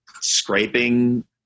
scraping